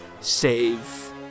save